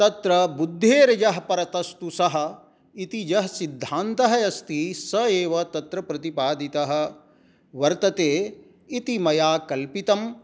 तत्र बुद्धेर्यः परतस्तु सः इति यः सिद्धान्तः अस्ति सः एव तत्र प्रतिपादितः वर्तते इति मया कल्पितम्